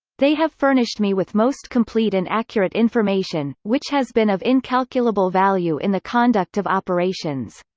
they have furnished me with most complete and accurate information, which has been of incalculable value in the conduct of operations.